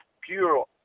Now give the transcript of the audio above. pure